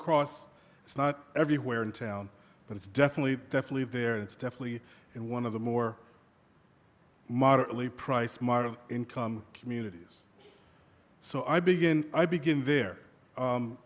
cross it's not everywhere in town but it's definitely definitely there it's definitely in one of the more moderately priced mart of income communities so i begin i begin there